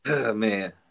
man